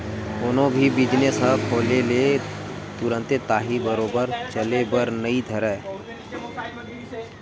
कोनो भी बिजनेस ह खोले ले तुरते ताही बरोबर चले बर नइ धरय